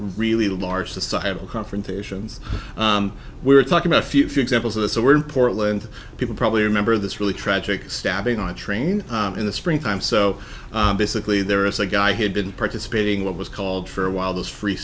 really large societal confrontations we're talking about a few few examples of this so we're in portland people probably remember this really tragic stabbing on a train in the springtime so basically there is a guy who had been participating what was called for a while those free